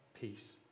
peace